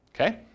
Okay